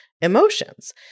emotions